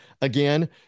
again